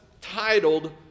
titled